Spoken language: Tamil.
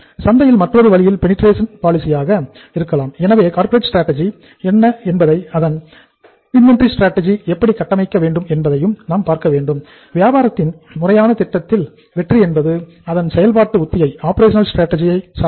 சந்தையில் மற்றொரு வழியில் பெனேட்ரேஷன் பாலிசியாக சார்ந்தது